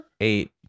Eight